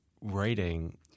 writing